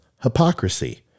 hypocrisy